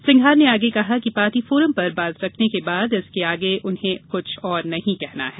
सिंघार ने आगे कहा कि पार्टी फोरम पर बात रखने के बाद इसके आगे उन्हें कुछ और नहीं कहना है